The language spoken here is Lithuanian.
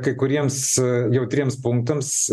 ką kai kuriems jautriems punktams